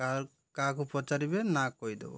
କାହା କାହାକୁ ପଚାରିବେ ନା କହିଦେବ